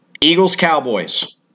Eagles-Cowboys